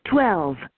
Twelve